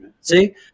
See